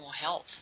health